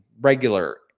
regular